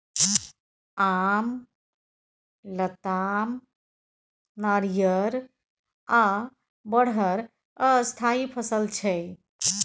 आम, लताम, नारियर आ बरहर स्थायी फसल छै